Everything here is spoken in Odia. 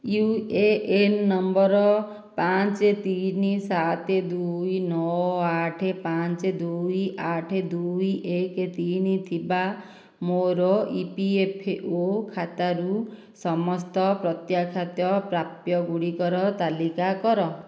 ୟୁଏଏନ୍ ନମ୍ବର ପାଞ୍ଚ ତିନି ସାତ ଦୁଇ ନଅ ଆଠ ପାଞ୍ଚ ଦୁଇ ଆଠ ଦୁଇ ଏକ ତିନି ଥିବା ମୋ'ର ଇପିଏଫ୍ଓ ଖାତାରୁ ସମସ୍ତ ପ୍ରତ୍ୟାଖ୍ୟାତ ପ୍ରାପ୍ୟଗୁଡ଼ିକର ତାଲିକା କର